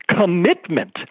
commitment